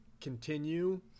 continue